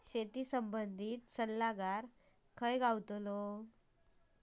शेती संबंधित सल्लागार खय गावतलो?